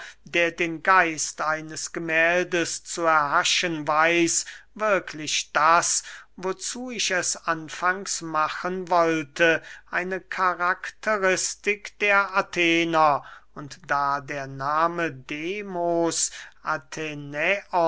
der den geist eines gemähldes zu erhaschen weiß wirklich das wozu ich es anfangs machen wollte eine karakteristik der athener und da der nahme demos